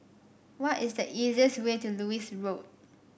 what is the easiest way to Lewis Road